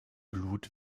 blut